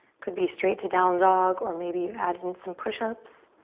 could be straight to down dog or maybe you add in some push ups.